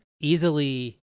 easily